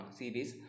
series